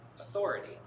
authority